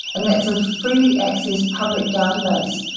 and that's a freely accessed public database.